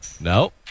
No